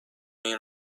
این